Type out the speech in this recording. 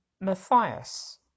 Matthias